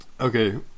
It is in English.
Okay